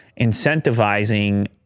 incentivizing